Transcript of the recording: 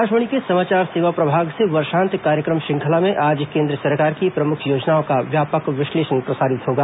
आकाशवाणी के समाचार सेवा प्रभाग से वर्षात कार्यक्रम श्रृंखला में आज केन्द्र सरकार की प्रमुख योजनाओं का व्यापक विश्लेषण प्रसारित होगा